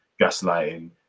gaslighting